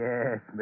Yes